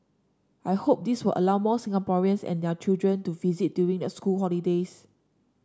I hope this will allow more Singaporeans and their children to visit during the school holidays